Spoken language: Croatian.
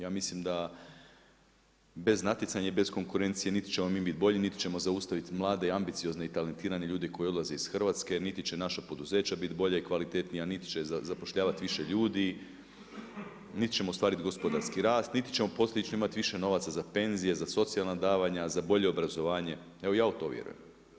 Ja mislim da bez natjecanja i bez konkurencije, niti ćemo mi biti bolji niti ćemo zaustaviti mlade i ambiciozne i talentirane ljude koji odlaze iz Hrvatske, niti će naša poduzeća biti bolja i kvalitetnija, niti će zapošljavati više ljudi, niti ćemo ostvariti gospodarski rat niti ćemo posljedično imati više novaca za penzije, za socijalna davanja za bolje obrazovanje, evo ja u to vjerujem.